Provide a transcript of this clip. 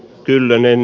kyllönen